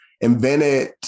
invented